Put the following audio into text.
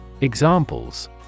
Examples